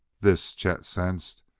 this, chet sensed,